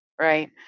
right